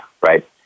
right